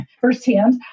firsthand